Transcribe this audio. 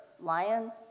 lion